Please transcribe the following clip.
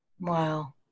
Wow